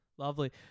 Lovely